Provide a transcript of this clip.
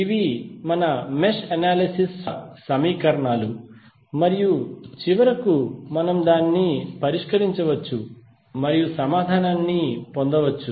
ఇవి మన mesh analysis ఫలితం యొక్క సమీకరణాలు మరియు చివరికి మనం దాన్ని పరిష్కరించవచ్చు మరియు సమాధానాన్ని పొందవచ్చు